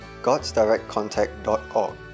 godsdirectcontact.org